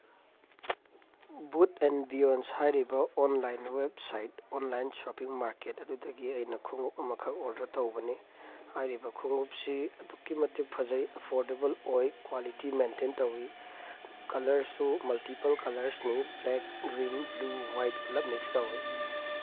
ꯕꯨꯠ ꯑꯦꯟ ꯕꯤꯌꯣꯟꯁ ꯍꯥꯏꯔꯤꯕ online website online shopping market ꯑꯗꯨꯗꯒꯤ ꯑꯩꯅ ꯈꯣꯡꯎꯞ ꯑꯃꯈꯛ ꯑꯣꯏꯗꯔ ꯇꯧꯕꯅꯤ ꯍꯥꯏꯔꯤꯕ ꯈꯣꯡꯎꯞꯁꯤ ꯑꯗꯨꯛꯀꯤ ꯃꯇꯤꯛ ꯐꯖꯩ ꯑꯦꯐꯣꯔꯗꯦꯕꯜ ꯑꯣꯏ ꯀ꯭ꯋꯥꯂꯤꯇꯤ ꯃꯦꯟꯇꯦꯟ ꯇꯧꯋꯤ ꯀꯂꯔꯁꯨ ꯃꯜꯇꯤꯄꯜ ꯀꯂꯔꯁꯅꯤ ꯕ꯭ꯂꯦꯛ ꯒ꯭ꯔꯤꯟ ꯕ꯭ꯂꯨ ꯍ꯭ꯋꯥꯏꯠ ꯄꯨꯂꯞ ꯃꯤꯛꯁ ꯇꯧꯋꯦ